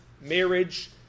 marriage